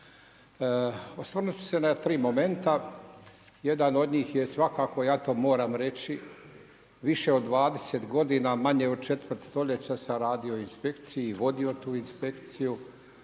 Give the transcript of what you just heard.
Osvrnut ću se na tri momenta, jedan od njih je svakako ja to moram reći, više od 20 godina manje od četvrt stoljeća sam radio u inspekciji, vodio tu inspekciju,